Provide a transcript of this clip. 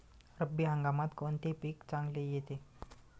रब्बी हंगामात कोणते पीक चांगले येते?